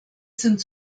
sind